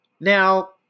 Now